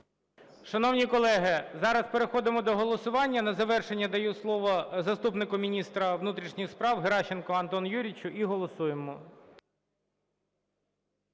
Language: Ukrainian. Шановні колеги, зараз переходимо до голосування. На завершення я даю слово заступнику міністра внутрішніх справ Геращенку Антону Юрійовичу. І голосуємо.